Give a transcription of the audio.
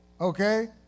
Okay